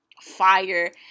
fire